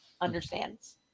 understands